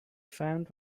found